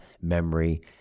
memory